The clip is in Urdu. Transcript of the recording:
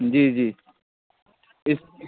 جی جی اس